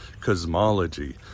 cosmology